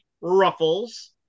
Ruffles